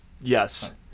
Yes